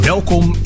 Welkom